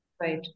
Right